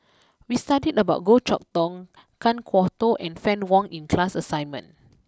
we studied about Goh Chok Tong Kan Kwok Toh and Fann Wong in class assignment